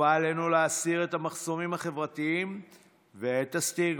חובה עלינו להסיר את המחסומים החברתיים ואת הסטיגמות,